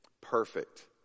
perfect